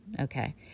Okay